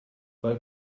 weil